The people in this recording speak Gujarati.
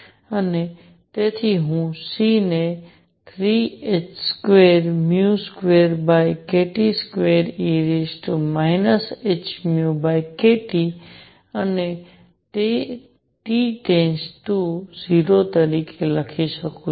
અને તેથી હું C ને 3h22kT2e hνkT અને તે 0 તરીકે લખી શકું છું